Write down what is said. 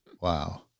Wow